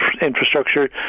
infrastructure